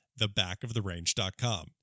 thebackoftherange.com